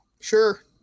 Sure